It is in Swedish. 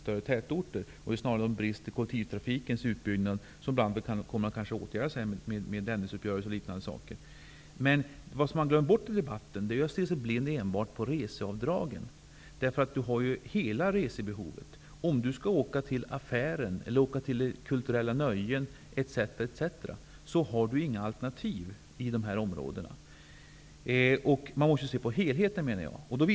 De brister som finns i kollektivtrafikens utbyggnad kommer där kanske att åtgärdas genom Dennisuppgörelser och liknande insatser. Men vad man glömmer bort i debatten är att man inte får stirra sig blind på resebidragen. Det gäller här alla resebehov. Den som skall åka till affären, till kulturella nöjen osv. har inget alternativ i de områden som det gäller. Man måste se till helheten.